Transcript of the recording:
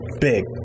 big